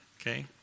okay